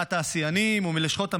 מהתעשיינים ומלשכות המסחר,